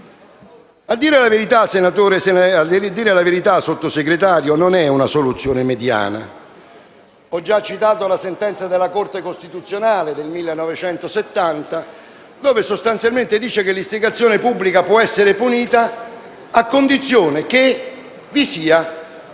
A dire la verità, signor Sottosegretario, non è una soluzione mediana. Ho già citato la sentenza della Corte costituzionale del 1970, in cui sostanzialmente si dice che l'istigazione pubblica può essere punita, a condizione che sia